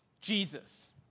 Jesus